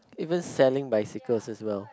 even selling bicycles as well